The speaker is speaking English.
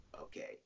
okay